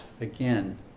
again